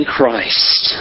Christ